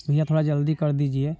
भैया थोड़ा जल्दी कर दीजिए